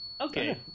Okay